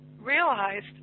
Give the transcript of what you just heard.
realized